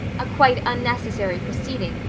a quite unnecessary proceeding,